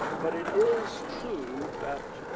but it is true that